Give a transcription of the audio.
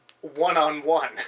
one-on-one